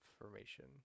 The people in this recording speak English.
information